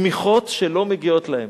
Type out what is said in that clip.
תמיכות שלא מגיעות להם.